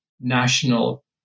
national